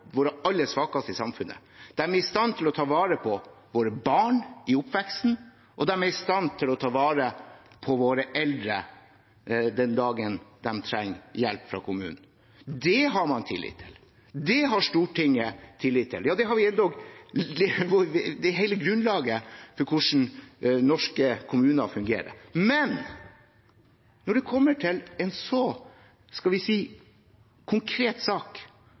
våre barn i oppveksten, og de er i stand til å ta vare på våre eldre den dagen de trenger hjelp fra kommunen. Det har man tillit til. Det har Stortinget tillit til. Ja, det er hele grunnlaget for hvordan norske kommuner fungerer. Men når det kommer til en så – skal vi si – konkret sak